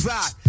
Rock